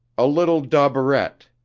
a little dauberette.